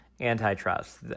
antitrust